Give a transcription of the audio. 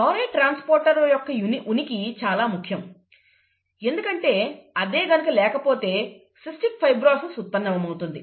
chloride transporter యొక్క ఉనికి చాలా ముఖ్యం ఎందుకంటే అదే గనుక లేకపోతే సీస్టిక్ ఫైబ్రోసిస్ ఉత్పన్నమవుతుంది